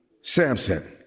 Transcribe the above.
Samson